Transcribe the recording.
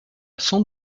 sans